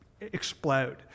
explode